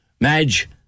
Madge